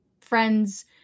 friends